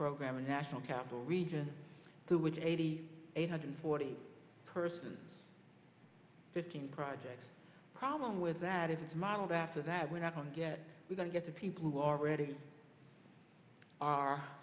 program in national capital region two which eighty eight hundred forty person fifteen project problem with that if it's modeled after that we're not going to get we're going to get the people who are